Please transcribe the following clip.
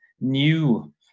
new